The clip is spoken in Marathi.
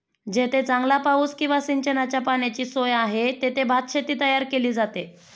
जेथे चांगला पाऊस किंवा सिंचनाच्या पाण्याची सोय आहे, तेथे भातशेती तयार केली जाते